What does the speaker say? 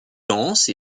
dense